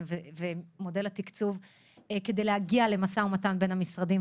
כדי להגיע למשא ומתן בין המשרדים.